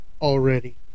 already